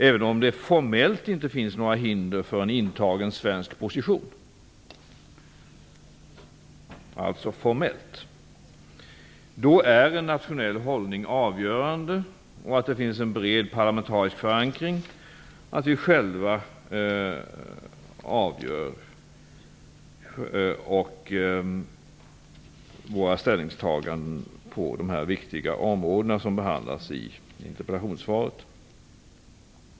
Även om det formellt inte finns några hinder för en svensk position - alltså "formellt" - är en nationell hållning och en bred parlamentarisk förankring avgörande. Vi skall själva avgöra våra ställningstaganden när det gäller de viktiga områden som behandlas i interpellationssvaret.